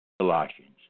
Colossians